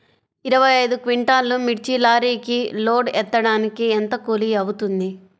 ఇరవై ఐదు క్వింటాల్లు మిర్చి లారీకి లోడ్ ఎత్తడానికి ఎంత కూలి అవుతుంది?